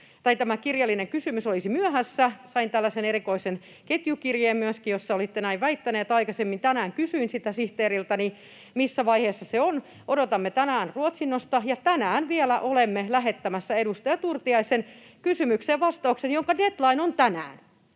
kirjallinen kysymys olisi myöhässä. Sain myöskin tällaisen erikoisen ketjukirjeen, jossa olitte näin väittänyt. Aikaisemmin tänään kysyin sihteeriltäni, missä vaiheessa se on: odotamme tänään ruotsinnosta, ja vielä tänään olemme lähettämässä edustaja Turtiaisen kysymykseen vastauksen, jonka deadline on tänään.